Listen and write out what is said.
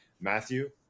matthew